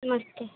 नमस्ते